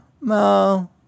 No